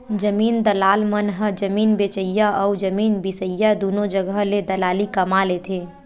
जमीन दलाल मन ह जमीन बेचइया अउ जमीन बिसईया दुनो जघा ले दलाली कमा लेथे